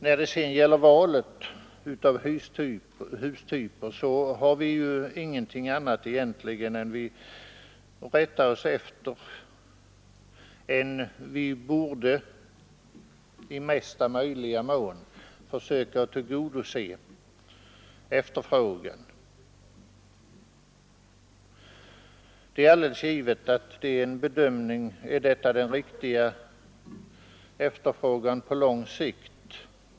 När det sedan gäller valet av hustyper har vi ingenting annat att rätta oss efter än att i möjligaste mån försöka tillgodose efterfrågan. Det är alldeles givet att det riktiga är att tillgodose efterfrågan på lång sikt.